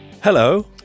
Hello